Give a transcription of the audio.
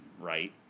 right